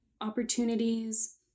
opportunities